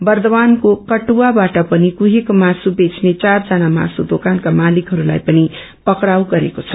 बर्द्धवानको कटुवावाट पनि कुहेको मासु बेच्ने चार जना मासु दोक्रनका मालिकहरूलाई पनि पक्राउ गरेको छ